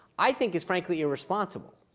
i think, is frankly irresponsible.